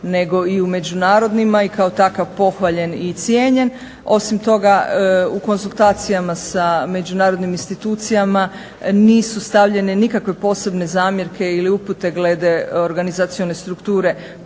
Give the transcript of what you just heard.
nego i u međunarodnima i kao takav pohvaljen i cijenjen. Osim toga u konzultacijama sa međunarodnim institucijama nisu stavljene nikakve posebne zamjerke ili upute glede organizacione strukture